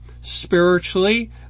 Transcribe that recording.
spiritually